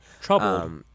Trouble